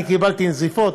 אני קיבלתי נזיפות,